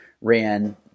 ran